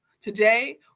Today